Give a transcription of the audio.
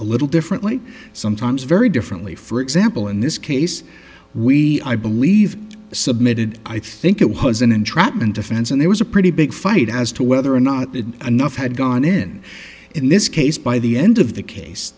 a little differently sometimes very differently for example in this case we i believe submitted i think it was an entrapment defense and there was a pretty big fight as to whether or not it enough had gone in in this case by the end of the case